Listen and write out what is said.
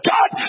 God